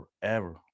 forever